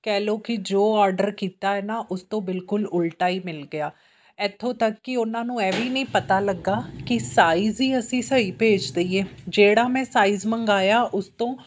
ਕਹਿ ਲਓ ਕਿ ਜੋ ਔਡਰ ਕੀਤਾ ਹੈ ਨਾ ਉਸ ਤੋਂ ਬਿਲਕੁਲ ਉਲਟਾ ਹੀ ਮਿਲ ਗਿਆ ਇੱਥੋਂ ਤੱਕ ਕਿ ਉਹਨਾਂ ਨੂੰ ਇਹ ਵੀ ਨਹੀਂ ਪਤਾ ਲੱਗਾ ਕਿ ਸਾਈਜ਼ ਹੀ ਅਸੀਂ ਸਹੀ ਭੇਜ ਦੇਈਏ ਜਿਹੜਾ ਮੈਂ ਸਾਈਜ਼ ਮੰਗਾਇਆ ਉਸ ਤੋਂ